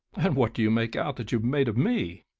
and what do you make out that you've made of me?